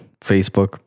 facebook